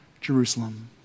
Jerusalem